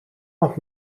mag